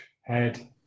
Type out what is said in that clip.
head